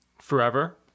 forever